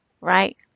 right